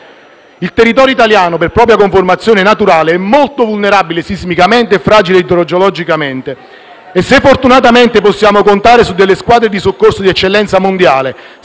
Il territorio italiano, per propria conformazione naturale, è molto vulnerabile sismicamente e fragile idrogeologicamente. Se fortunatamente possiamo contare su squadre di soccorso di eccellenza mondiale,